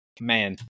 man